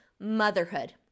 motherhood